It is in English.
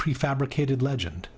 prefabricated legend